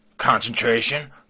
Concentration